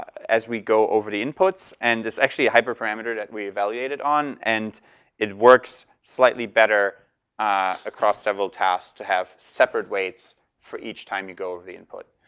as we go over the inputs, and it's actually a hyperparameter that we evaluate it on. and it works slightly better across several tasks to have separate weights for each time you go over the input.